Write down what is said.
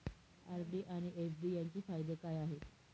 RD आणि FD यांचे फायदे काय आहेत?